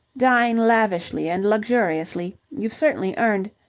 dine lavishly and luxuriously. you've certainly earned.